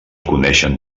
coneixen